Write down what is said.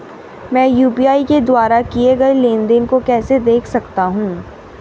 मैं यू.पी.आई के द्वारा किए गए लेनदेन को कैसे देख सकता हूं?